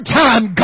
time